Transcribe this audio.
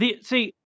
See